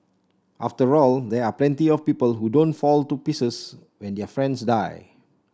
after all there are plenty of people who don't fall to pieces when their friends die